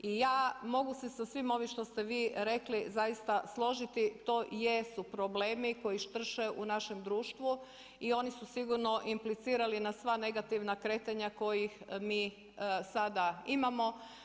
I ja mogu se sa svim ovim što ste vi rekli zaista složiti, to jesu problemi koji strše u našem društvu i oni su sigurno implicirali na sva negativna kretanja kojih mi sada imamo.